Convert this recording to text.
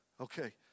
Okay